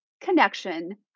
connection